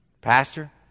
Pastor